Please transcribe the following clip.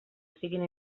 estiguin